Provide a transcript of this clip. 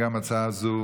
הצעת החוק הזאת